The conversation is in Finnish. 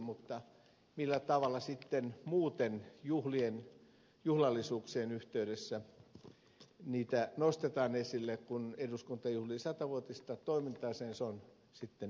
mutta se millä tavalla muuten juhlallisuuksien yhteydessä ongelmia nostetaan esille kun eduskunta juhlii satavuotista toimintaansa on sitten ehkä toinen kysymys